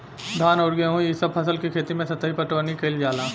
धान अउर गेंहू ए सभ फसल के खेती मे सतही पटवनी कइल जाला